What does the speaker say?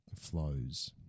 flows